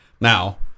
Now